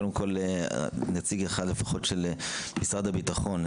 קודם כול, נציג אחד לפחות של משרד הביטחון.